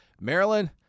Maryland